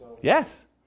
Yes